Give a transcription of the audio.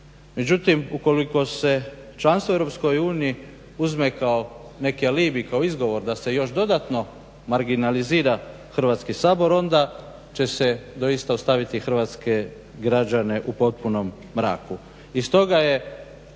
Međutim, ukoliko se članstvo u EU uzme kao neki alibi, kao izgovor da se još dodatno marginalizira Hrvatski sabor onda će se doista ostaviti hrvatske građane u potpunom mraku.